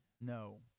No